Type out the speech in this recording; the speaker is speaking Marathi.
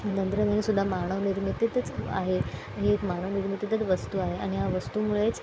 तंत्रज्ञान सुद्धा मानवनिर्मितीतच आहे हे एक मानवनिर्मितीतच वस्तू आहे आणि हा वस्तूमुळेच